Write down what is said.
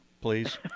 Please